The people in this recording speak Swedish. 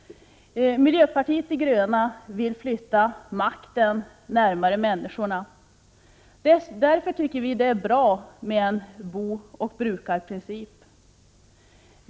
Miljöpartiet de gröna vill flytta makten närmare människorna, och därför är det bra med en booch brukarprincip.